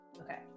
Okay